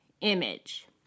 image